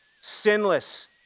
sinless